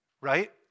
right